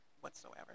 whatsoever